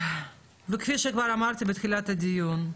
כפי שכבר אמרתי בתחילת הדיון,